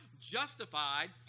justified